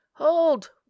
hold